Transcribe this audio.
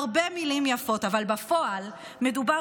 הרבה מילים יפות, אבל בפועל מדובר